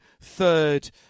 third